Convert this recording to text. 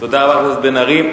תודה לחבר הכנסת בן-ארי.